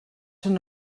són